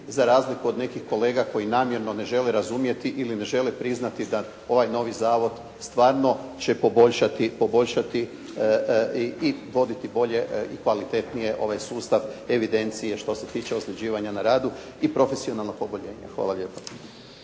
za razliku od nekih kolega koji namjerno ne žele razumjeti ili ne žele priznati da ovaj novi zavod stvarno će poboljšati i voditi bolje i kvalitetnije ovaj sustav evidencije što se tiče ozljeđivanja na radu i profesionalnog oboljenja. Hvala lijepa.